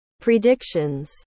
Predictions